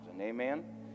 amen